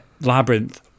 Labyrinth